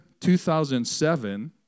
2007